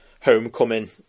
homecoming